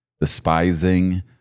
despising